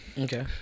Okay